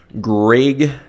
Greg